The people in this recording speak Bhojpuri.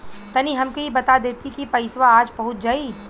तनि हमके इ बता देती की पइसवा आज पहुँच जाई?